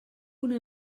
una